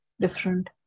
different